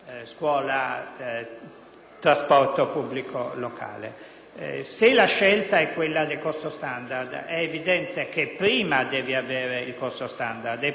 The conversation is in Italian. trasporto pubblico locale. Se la scelta è quella del costo standard, è evidente che prima bisogna avere il costo standard e poi calcolare